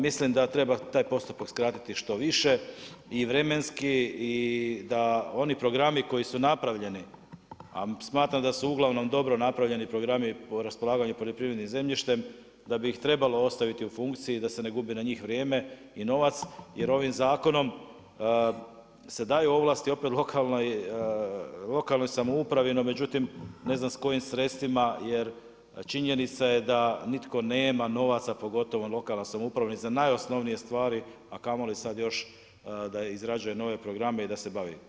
Mislim da treba taj postupak skratiti što više i vremenski i da oni programi koji su napravljeni, a smatram da su uglavnom dobro napravljeni programi o raspolaganju poljoprivrednim zemljištem, da bi ih trebalo ostaviti u funkciji, da se ne gubi na njih vrijeme i novac, jer ovim zakonom se daje ovlasti opet lokalnoj samoupravi, no međutim ne znam s kojim sredstvima, jer činjenica je da nitko nema novaca, pogotovo lokalna samouprava, niti za najosnovnije stvari, a kamoli sad još da izrađuje nove programe i da se bavi.